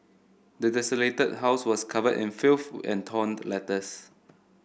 the desolated house was covered in filth and torn letters